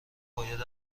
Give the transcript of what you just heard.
باید